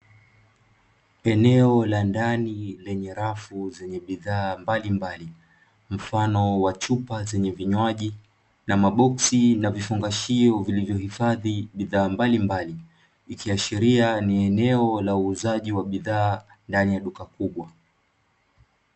Eneo la ndani lenye rafu zenye bidhaa mbalimbali mfano wa chupa zenye vinywaji, na maboksi na vifungashio vilivyohifadhi bidhaa mbalimbali, ikiashiria ni eneo la uuzaji wa bidhaa ndani ya duka kubwa.